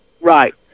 Right